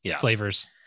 flavors